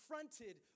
confronted